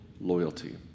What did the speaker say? loyalty